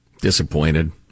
Disappointed